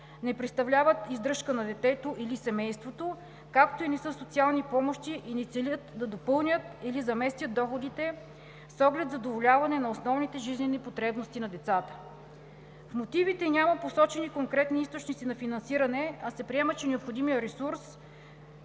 не представляват издръжка на детето или семейството, както и не са социални помощи и не целят да допълнят или заместят доходите с оглед задоволяване на основните жизнени потребности на децата. В мотивите няма посочени конкретни източници на финансиране, а се приема, че необходимият ресурс